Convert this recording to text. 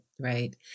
Right